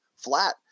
flat